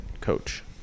coach